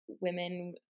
women